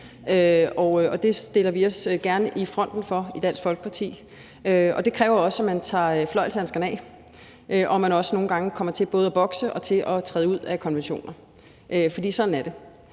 og det stiller vi os gerne i front for i Dansk Folkeparti. Det kræver jo, at man tager fløjlshandskerne af, og betyder, at man også nogle gange kommer til både at bokse og træde ud af konventioner. For sådan er det.